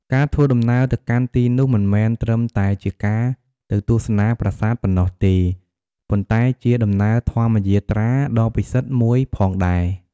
ការធ្វើដំណើរទៅកាន់ទីនោះមិនមែនត្រឹមតែជាការទៅទស្សនាប្រាសាទប៉ុណ្ណោះទេ ប៉ុន្តែជា ដំណើរធម្មយាត្រា ដ៏ពិសិដ្ឋមួយផងដែរ។